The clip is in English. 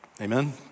Amen